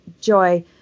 Joy